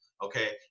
Okay